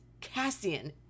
Cassian